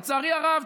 לצערי הרב,